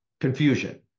confusion